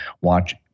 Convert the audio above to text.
watch